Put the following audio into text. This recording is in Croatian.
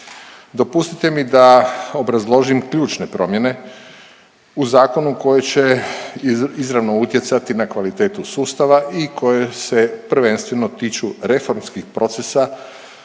Dopustite mi da obrazložim ključne promjene u zakonu koji će izravno utjecati na kvalitetu sustava i koje se prvenstveno tiču reformskih procesa